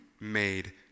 made